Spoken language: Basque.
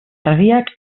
argiak